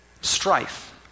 Strife